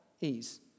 ease